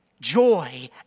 joy